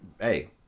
hey